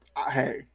Hey